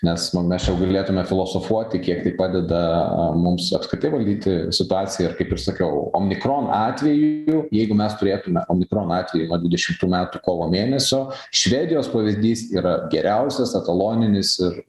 nes nu mes čia jau galėtume filosofuoti kiek tai padeda mums apskritai valdyti situaciją ir kaip ir sakiau omikron atveju jeigu mes turėtume omikron atvejį dvidešimtų metų kovo mėnesio švedijos pavyzdys yra geriausias etaloninis ir